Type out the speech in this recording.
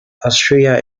austria